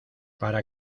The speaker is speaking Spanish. para